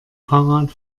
fahrrad